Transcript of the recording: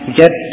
get